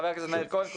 חבר הכנסת מאיר כהן.